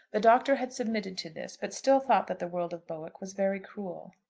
the doctor had submitted to this, but still thought that the world of bowick was very cruel.